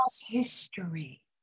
history